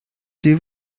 die